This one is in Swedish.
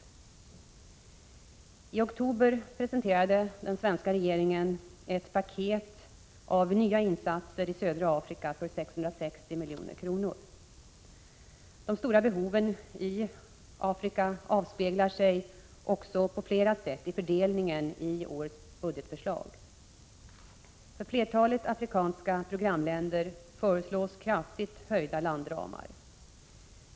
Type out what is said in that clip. IT oktober presenterade den svenska regeringen ett paket med nya insatser i södra Afrika för 660 milj.kr. De stora behoven i Afrika avspeglar sig också på flera sätt i fördelningen i årets budgetförslag. För flertalet afrikanska programländer föreslås kraftigt höjda landramar.